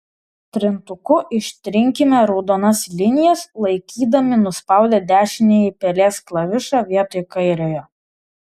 trintuku ištrinkime raudonas linijas laikydami nuspaudę dešinįjį pelės klavišą vietoj kairiojo